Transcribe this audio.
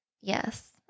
Yes